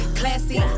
classy